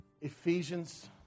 Ephesians